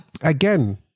again